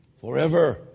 forever